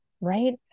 right